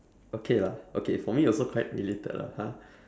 okay lah okay for me also quite related lah !huh!